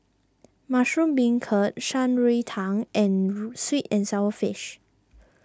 Mushroom Beancurd Shan Rui Tang and Sweet and Sour Fish